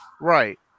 Right